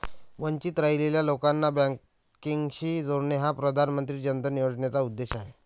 वंचित राहिलेल्या लोकांना बँकिंगशी जोडणे हा प्रधानमंत्री जन धन योजनेचा उद्देश आहे